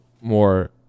more